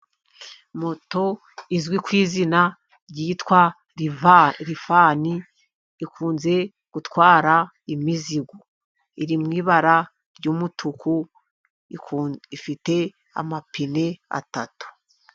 Moto izwi ku izina ryitwa rifani, ikunze gutwara imizigo, iri mu ibara ry'umutuku ifite amapine atatu.